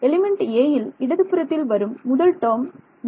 element 'a'யில் இடது புறத்தில் வரும் முதல் டேர்ம் U1Φ